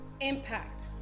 impact